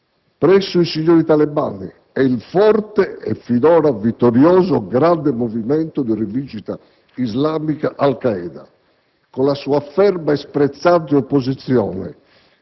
presso i signori talebani e il forte e finora vittorioso grande movimento di Rivincita islamica Al Qaeda, con la sua ferma e sprezzante opposizione